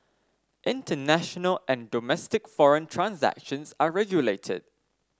international and domestic foreign transactions are regulated